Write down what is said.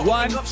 one